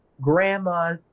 Grandma